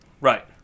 Right